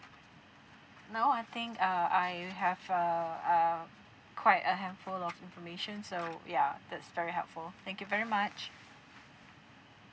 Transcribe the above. no I think uh I have uh uh quite a handful of information so yeah that's very helpful thank you very much